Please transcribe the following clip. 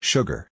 Sugar